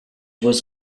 was